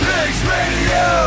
Pigsradio